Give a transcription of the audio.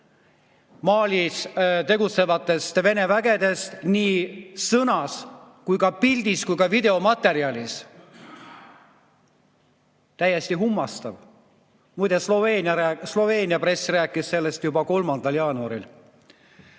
Malis tegutsevatest Vene vägedest nii sõnas, pildis kui ka videomaterjalis. Täiesti kummastav! Muide, Sloveenia press rääkis sellest juba 3. jaanuaril.